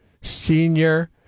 senior